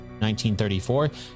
1934